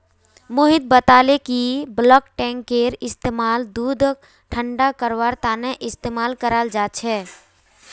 मोहित बताले कि बल्क टैंककेर इस्तेमाल दूधक ठंडा करवार तने इस्तेमाल कराल जा छे